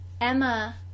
Emma